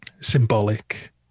symbolic